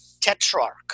Tetrarch